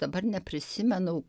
dabar neprisimenu